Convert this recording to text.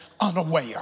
unaware